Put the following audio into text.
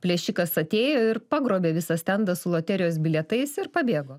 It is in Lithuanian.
plėšikas atėjo ir pagrobė visą stendą su loterijos bilietais ir pabėgo